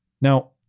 now